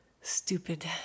stupid